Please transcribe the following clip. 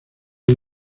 hoy